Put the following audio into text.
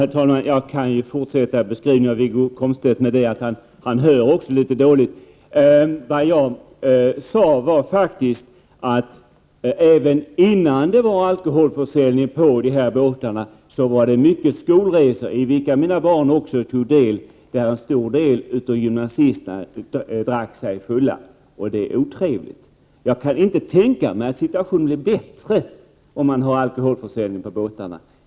Herr talman! Jag kan fortsätta beskrivningen av Wiggo Komstedt med att säga att han hör litet dåligt också. Vad jag sade var att det även innan det var tillåtet med alkoholförsäljning på båtarna förekom mycket skolresor —i vilka också mina barn tog del — där en stor del av gymnasisterna drack sig fulla, och det är otrevligt. Jag kan inte tänka mig att situationen blir bättre om man har alkoholförsäljning på båtarna.